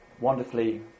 wonderfully